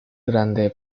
grande